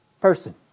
person